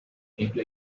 into